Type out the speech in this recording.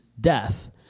death